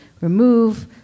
remove